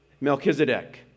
Melchizedek